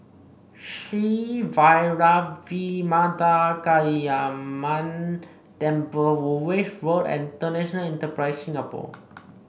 Sri Vairavimada Kaliamman Temple Woolwich Road and International Enterprise Singapore